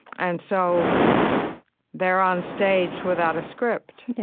and so they're onstage without a script